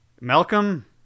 Malcolm